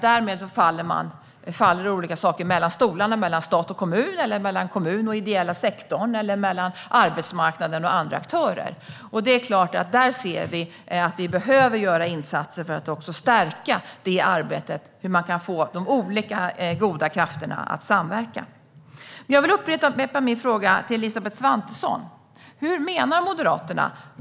Därmed faller olika saker mellan stolarna, mellan stat och kommun, mellan kommun och den ideella sektorn eller mellan arbetsmarknaden och andra aktörer. Där behöver vi göra insatser för att stärka arbetet med att få de goda krafterna att samverka. Jag vill ställa en fråga till Elisabeth Svantesson: Hur menar Moderaterna?